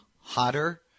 hotter